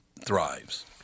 thrives